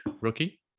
rookie